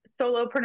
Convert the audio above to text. solopreneur